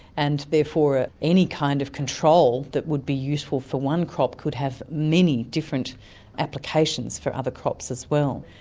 and therefore any kind of control that would be useful for one crop could have many different applications for other crops as well.